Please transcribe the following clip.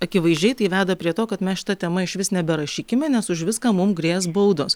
akivaizdžiai tai veda prie to kad mes šita tema išvis neberašykime nes už viską mum grės baudos